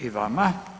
I vama.